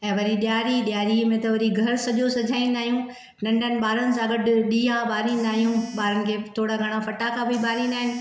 ऐ वरी ॾियारी ॾियारीअ में त वरी घरु सॼो सजाईंदा आहियूं नंढ़नि ॿारनि सां गॾु ॾिया ॿारींदा आहियूं ॿारनि खे थोरो घणा फटाका बि ॿारींदा आहिनि